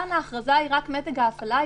כאן ההכרזה היא רק מתג ההפעלה,